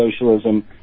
socialism